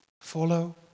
follow